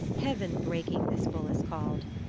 heaven-breaking this bull is called.